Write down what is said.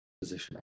position